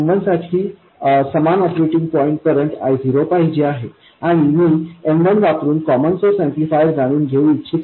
मला M1 साठी समान ऑपरेटिंग पॉईंट करंट I0 पाहिजे आहे आणि मी M1 वापरुन कॉमन सोर्स ऍम्प्लिफायर जाणून घेऊ इच्छित आहे